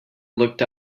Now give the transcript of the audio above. looked